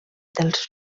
dels